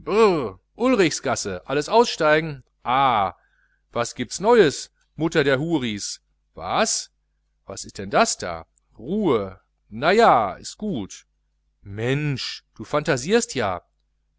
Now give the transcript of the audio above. ulrichsgasse alles aussteigen ah was giebts neues mutter der houris waas wer ist denn das da ruhe na ja is gut mensch du phantasierst ja